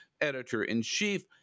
Editor-in-Chief